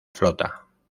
flota